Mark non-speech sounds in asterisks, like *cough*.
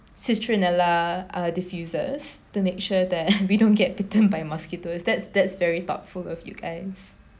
citronella uh diffuses to make sure that *laughs* we don't get bitten by mosquitoes that's that's very thoughtful of you guys